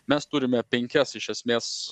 mes turime penkias iš esmės